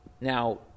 Now